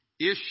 issue